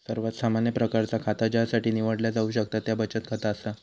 सर्वात सामान्य प्रकारचा खाता ज्यासाठी निवडला जाऊ शकता त्या बचत खाता असा